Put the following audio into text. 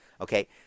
Okay